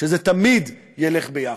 שזה תמיד ילך ביחד,